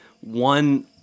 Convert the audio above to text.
one